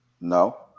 No